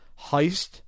heist